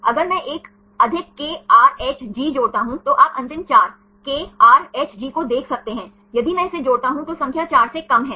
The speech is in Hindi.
अगर मैं 1 अधिक KRHG जोड़ता हूं तो आप अंतिम 4 KRHG को देख सकते हैं यदि मैं इसे जोड़ता हूं तो संख्या चार से कम है